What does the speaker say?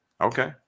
Okay